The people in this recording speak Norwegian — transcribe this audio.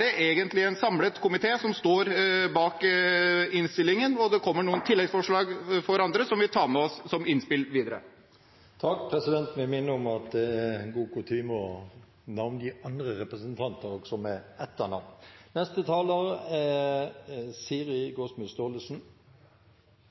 det egentlig er en samlet komité som står bak innstillingen. Det kommer noen tilleggsforslag fra andre som vi tar med oss som innspill videre. Endelig får vi et lite vink om statsråd Sanners heidundrende integreringsdugnad, som ble lansert av både representanten Abid Q. Raja og